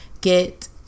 get